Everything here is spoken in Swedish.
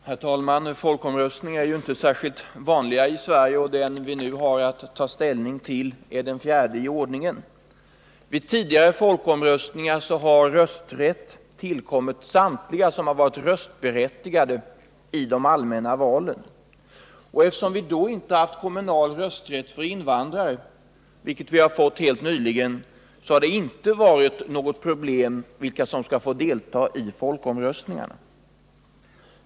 Herr talman! Folkomröstningar är inte särskilt vanliga i Sverige. Den vi nu har att ta ställning till är den fjärde i ordningen. Vid tidigare folkomröstningar har rösträtt tillkommit samtliga som har varit röstberättigade i de allmänna valen. Eftersom vi då inte haft kommunal rösträtt för invandrare, vilket vi har fått helt nyligen, har det inte varit något problem vilka som skall få delta i folkomröstningarna.